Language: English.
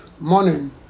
morning